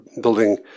building